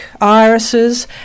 irises